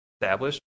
established